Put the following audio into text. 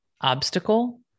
obstacle